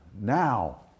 Now